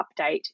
update